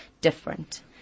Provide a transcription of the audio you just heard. different